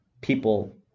people